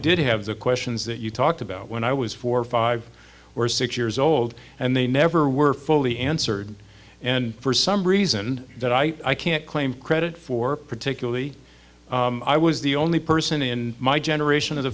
have the questions that you talked about when i was four five or six years old and they never were fully answered and for some reason that i can't claim credit for particularly i was the only person in my generation of the